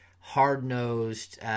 hard-nosed